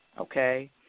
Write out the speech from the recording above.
okay